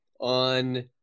on